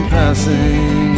passing